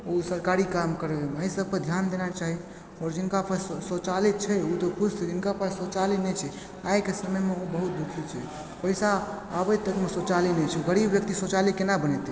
ओ सरकारी काम करयमे अइ सबपर ध्यान देना चाही आओर जिनका पास शौचालय छै उ तऽ खुश छै लेकिन जिनका पास शौचालय नहि छै आइके समयमे ओ बहुत दुःखी छै पैसा अबैत शौचालय नहि छै गरीब व्यक्ति शौचालय केना बनेतइ